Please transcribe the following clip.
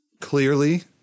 Clearly